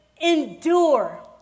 endure